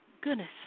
goodness